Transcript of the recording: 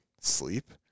sleep